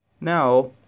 now